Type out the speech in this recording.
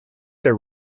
their